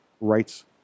rights